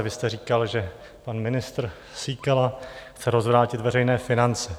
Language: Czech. Vy jste říkal, že pan ministr Síkela chce rozvrátit veřejné finance.